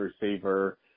receiver